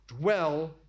dwell